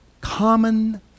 common